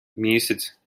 місяць